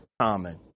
common